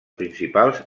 principals